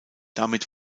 damit